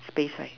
space right